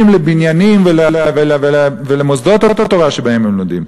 לבניינים ולמוסדות התורה שבהם הם לומדים,